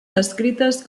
descrites